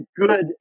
good